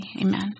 amen